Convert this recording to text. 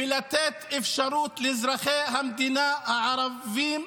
ולתת אפשרות לאזרחי המדינה הערבים,